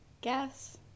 guess